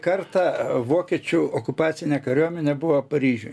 kartą vokiečių okupacinė kariuomenė buvo paryžiuj